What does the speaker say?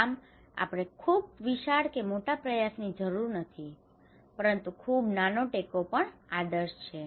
આમ આપણે ખૂબ વિશાળ કે મોટા પ્રયાસની જરૂર નથી પરંતુ ખૂબ નાનો ટેકો પણ આદર્શ છે